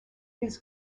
his